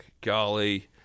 golly